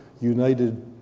United